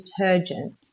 detergents